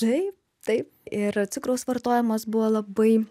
taip taip ir cukraus vartojimas buvo labai